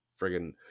Friggin